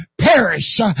perish